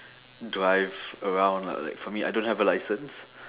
drive around lah like for me I don't have a license